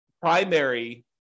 Primary